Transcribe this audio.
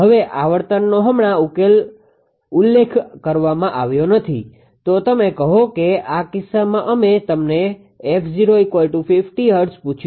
હવે આવર્તનનો હમણાં ઉલ્લેખ કરવામાં આવ્યો નથી તો તમે કહો કે આ કિસ્સામાં અમે તમને 𝑓050 હર્ટ્ઝ પૂછ્યું છે